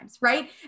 right